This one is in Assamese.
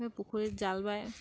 সেয়ে পুখুৰীত জাল বাই